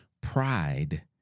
pride